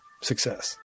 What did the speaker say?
success